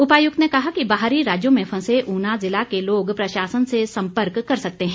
उपायुक्त ने कहा कि बाहरी राज्यों में फंसे ऊना जिला के लोग प्रशासन से संपर्क कर सकते हैं